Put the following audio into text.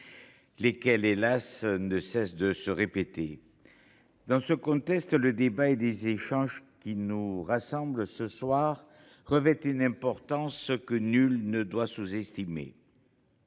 malheureusement, ne cessent de se répéter. Dans ce contexte, les échanges qui nous rassemblent ce soir revêtent une importance que nul ne doit sous estimer.